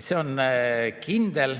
et see on kindel